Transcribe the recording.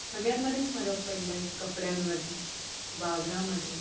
सगळ्यांमध्येच फरक पडला आहे कपड्यांमध्ये वावरामध्ये